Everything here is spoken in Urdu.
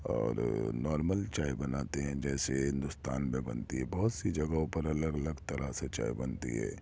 اور نارمل چائے بناتے ہیں جیسے ہندوستان میں بنتی ہے بہت سی جگہوں پر الگ الگ طرح سے چائے بنتی ہے